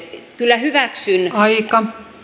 kyllä hyväksyn